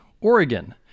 Oregon